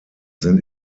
sind